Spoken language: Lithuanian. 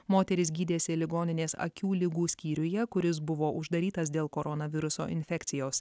moteris gydėsi ligoninės akių ligų skyriuje kuris buvo uždarytas dėl koronaviruso infekcijos